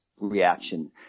reaction